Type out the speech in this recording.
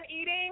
eating